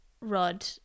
rod